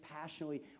passionately